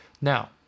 Now